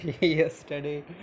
yesterday